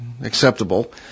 acceptable